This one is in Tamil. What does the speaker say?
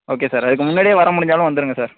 ஓகே சார் அதுக்கு முன்னாடியே வர முடிஞ்சாலும் வந்துடுங்க சார்